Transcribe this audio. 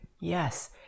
Yes